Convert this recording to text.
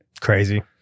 Crazy